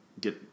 get